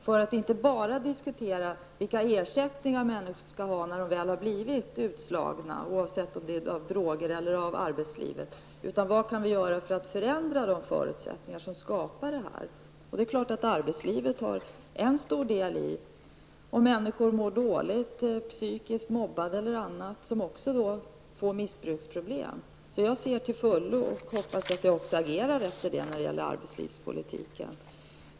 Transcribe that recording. Vi skall inte bara diskutera vilka ersättningar människor skall ha när de väl har blivit utslagna, oavsett om det är av droger eller av arbetslivet som de blivit utslagna, utan vi bör fråga oss: Vad kan vi göra för att förändra de förutsättningar som skapar det här tillståndet? Det är klart att arbetslivet har stor del i att människor mår dåligt psykiskt, är mobbade och får missbruksproblem. Jag ser dessa till fullo -- och hoppas att jag också agerar med hänsyn till det när det gäller arbetslivspolitiken.